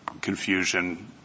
confusion